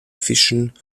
fischen